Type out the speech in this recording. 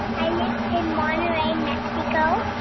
i live in monterrey, mexico.